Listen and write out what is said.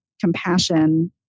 compassion